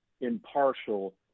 impartial